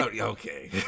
Okay